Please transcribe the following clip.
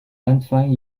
anfang